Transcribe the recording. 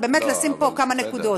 זה באמת לשים פה כמה נקודות.